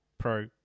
pro